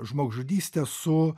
žmogžudystė su